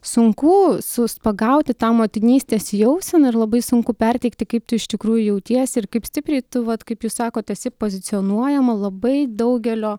sunku sus pagauti tą motinystės jauseną ir labai sunku perteikti kaip tu iš tikrųjų jautiesi ir kaip stipriai tu vat kaip jūs sakot esi pozicionuojama labai daugelio